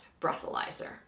breathalyzer